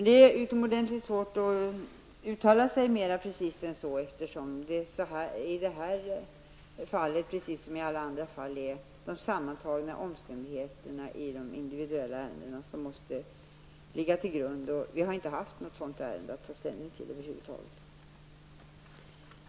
Det är utomordentligt svårt att uttala sig mer precist än så, eftersom det i detta fall precis som i alla andra fall är de sammantagna omständigheterna i de individuella ärendena som måste ligga till grund för ett beslut. Vi har över huvud taget inte haft något sådant ärende att ta ställning till.